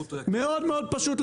מאוד מאוד פשוט,